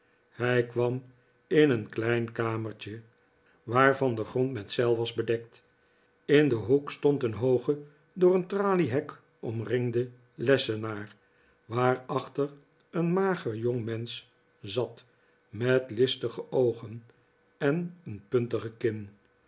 hij kwam in een klein kamertje waarvan de grond met zeil was bedekt in een hoek stond een hooge door een traliehek omringde lessenaar waarachter een mager jongmensch zat met listige oogen en een puntige kin